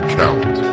count